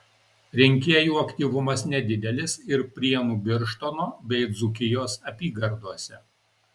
rinkėjų aktyvumas nedidelis ir prienų birštono bei dzūkijos apygardose